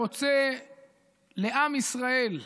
רוצה לשאת מסר אחר לעם ישראל.